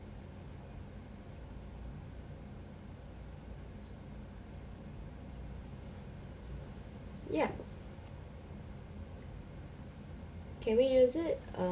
yup can we use it err